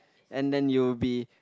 and then you'll be